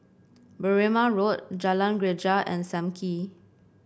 Berrima Road Jalan Greja and Sam Kee